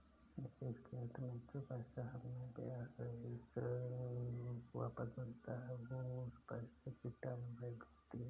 निवेश के अंत में जो पैसा हमें ब्याह सहित वापस मिलता है वो उस पैसे की टाइम वैल्यू होती है